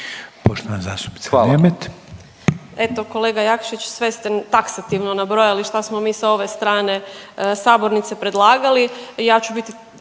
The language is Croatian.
**Nemet, Katarina (IDS)** Eto kolega Jakšić sve ste taksativno nabrojali šta smo mi sa ove strane sabornice predlagali.